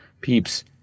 peeps